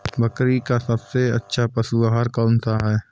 बकरी का सबसे अच्छा पशु आहार कौन सा है?